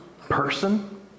person